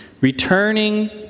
Returning